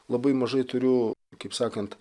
labai mažai turiu kaip sakant